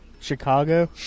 Chicago